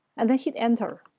and then hit enter,